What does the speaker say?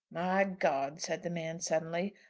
my god, said the man suddenly,